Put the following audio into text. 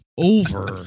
Over